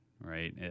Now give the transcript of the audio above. Right